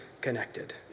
connected